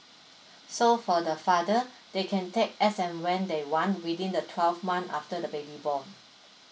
so for the father they can take as and when they want within the twelve months after the baby born